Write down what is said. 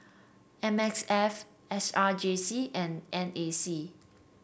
M S F S R J C and N A C